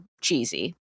cheesy